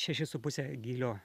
šeši su puse gylio